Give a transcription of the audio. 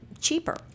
cheaper